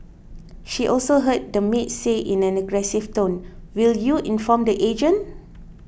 she also heard the maid say in an aggressive tone will you inform the agent